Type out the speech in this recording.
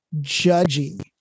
judgy